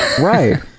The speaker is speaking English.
right